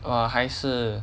我还是